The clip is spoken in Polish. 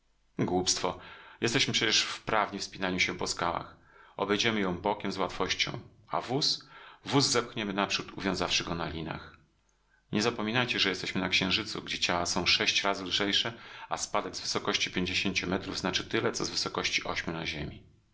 głupstwo jesteśmy przecież wprawni w spinaniu się po skałach obejdziemy ją bokiem z łatwością a wóz wóz zepchniemy naprzód uwiązawszy go na linach nie zapominajcie że jesteśmy na księżycu gdzie ciała są sześć razy lżejsze a spadek z wysokości pięćdziesięciu metrów znaczy tyle co z wysokości ośmiu na ziemi